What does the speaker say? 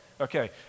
Okay